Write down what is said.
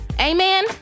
Amen